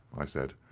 i said.